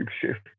shift